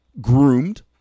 groomed